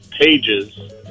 Pages